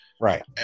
Right